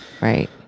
Right